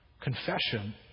Confession